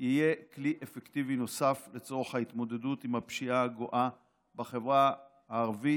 יהיה כלי אפקטיבי נוסף לצורך ההתמודדות עם הפשיעה הגואה בחברה הערבית.